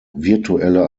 virtuelle